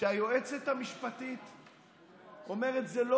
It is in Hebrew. שהיועצת המשפטית אומרת: זה לא